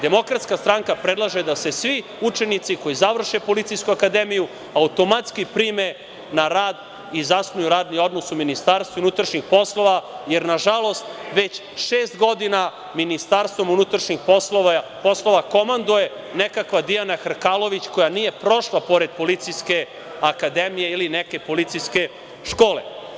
Demokratska stranka predlaže da se svi učenici koji završe Policijsku akademiju automatski prime na rad i zasnuju radni odnos u MUP, jer na žalost već šest godina u MUP komanduje nekakva Dijana Hrkalović, koja nije prošla pored Policijske akademije ili neke policijske škole.